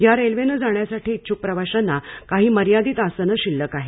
या रेल्वेने जाण्यासाठी इच्छूक प्रवाशांना काही मर्यादित आसने शिल्लक आहेत